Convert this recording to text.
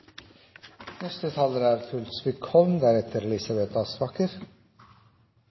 Neste taler er